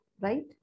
right